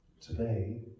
Today